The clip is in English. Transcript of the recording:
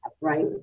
right